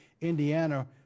Indiana